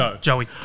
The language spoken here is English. Joey